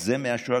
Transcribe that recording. הזה מהשואה,